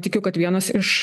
tikiu kad vienas iš